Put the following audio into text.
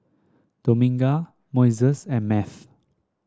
Dominga Moises and Math